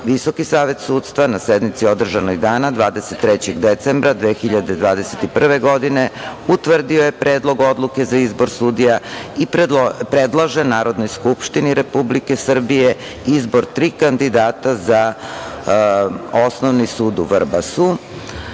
Visoki savet sudstva na sednici održanoj dana 23. decembra 2021. godine utvrdio je Predlog odluke za izbor sudija i predlaže Narodnoj skupštini Republike Srbije izbor tri kandidata za Osnovni sud u Vrbasu. Visoki